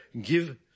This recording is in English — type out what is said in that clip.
give